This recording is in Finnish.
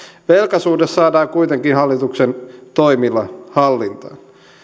velkasuhde saadaan kuitenkin hallituksen toimilla hallintaan